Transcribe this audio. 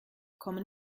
kommen